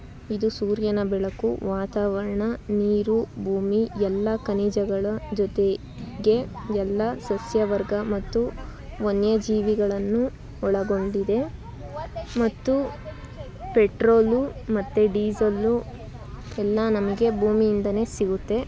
ಇದು ಸೂರ್ಯನ ಬೆಳಕು ವಾತಾವರಣ ನೀರು ಭೂಮಿ ಎಲ್ಲ ಖನಿಜಗಳ ಜೊತೆಗೆ ಎಲ್ಲ ಸಸ್ಯವರ್ಗ ಮತ್ತು ವನ್ಯಜೀವಿಗಳನ್ನು ಒಳಗೊಂಡಿದೆ ಮತ್ತು ಪೆಟ್ರೋಲು ಮತ್ತೆ ಡೀಸೆಲ್ಲು ಎಲ್ಲ ನಮಗೆ ಭೂಮಿಯಿಂದನೇ ಸಿಗುತ್ತೆ